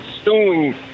stewing